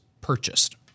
purchased